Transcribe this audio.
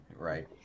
Right